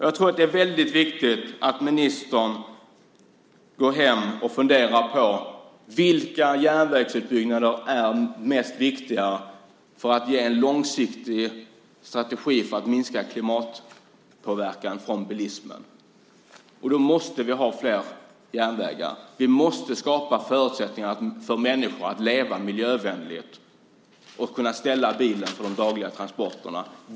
Jag tror att det är viktigt att ministern funderar över vilka järnvägsutbyggnader som är mest viktiga i en långsiktig strategi för att minska klimatpåverkan från bilismen. Vi måste ha fler järnvägar. Vi måste skapa förutsättningar för människor att kunna leva miljövänligt och ställa bilen när det gäller de dagliga transporterna.